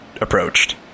approached